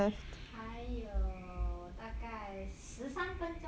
还有大概十三分钟